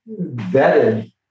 vetted